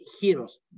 heroes